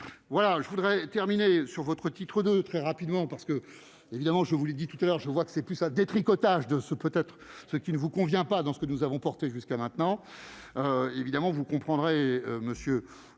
voilà je voudrais terminer sur votre titre de très rapidement parce que, évidemment, je vous l'ai dit tout à l'heure, je vois que c'est plus ça détricotage de ce peut-être ce qui ne vous convient pas dans ce que nous avons porté jusqu'à maintenant, évidemment, vous comprendrez, monsieur